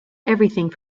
everything